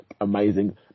amazing